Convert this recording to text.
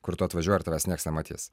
kur tu atvažiuoji ir tavęs nieks nematys